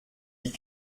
die